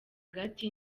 gati